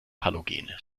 halogene